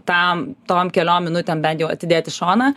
tam tom keliom minutėm bent jau atidėt į šoną